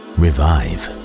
revive